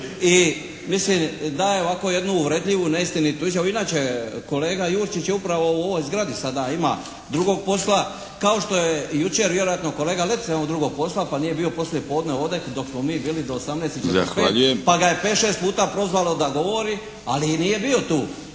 I mislim daje ovako jednu uvredljivu neistinitu izjavu. Inače, kolega Jurčić je upravo u ovoj zgradi, sada ima drugo posla, kao što je jučer vjerojatno kolega Letica imao drugog posla pa nije bio poslije podne ovdje dok smo mi bili do 18,45 pa ga se pet, šest puta prozvalo da govori ali nije bio tu.